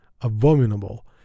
abominable